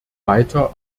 weiter